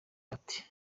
ati